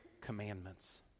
commandments